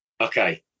Okay